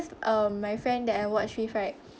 cause um my friend that I watch with right